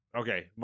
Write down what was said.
Okay